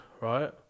right